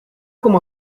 com